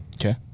Okay